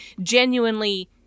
genuinely